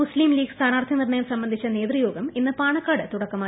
മുസ്തീം ലീഗ് സ്ഥാനാർഥി നിർണയം സംബന്ധിച്ച നേതൃയോഗം ഇന്ന് പാണക്കാട് തുടക്കമായി